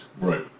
Right